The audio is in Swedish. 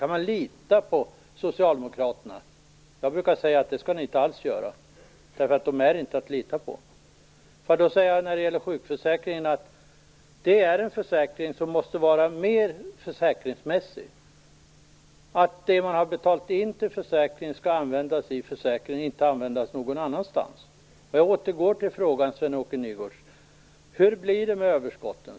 Kan man lita på Socialdemokraterna? Jag brukar säga: Det skall ni inte alls göra, därför att de är inte att lita på. Sjukförsäkringen måste bli mera försäkringsmässig. Det som man har betalat in till försäkringen skall användas inom försäkringen, inte någon annanstans. Jag återkommer till mina frågor: Hur blir det med överskotten?